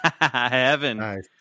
Heaven